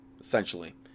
essentially